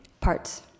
Parts